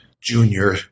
junior